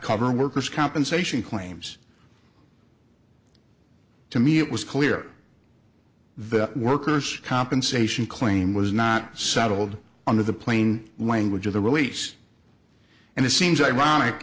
cover workers compensation claims to me it was clear the workers compensation claim was not settled under the plain language of the release and it seems